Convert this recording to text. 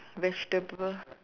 vegetable